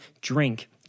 drink